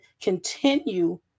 continue